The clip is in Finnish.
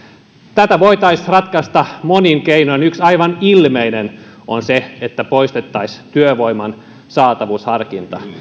tätä voitaisiin ratkaista monin keinoin yksi aivan ilmeinen on se että poistettaisiin työvoiman saatavuusharkinta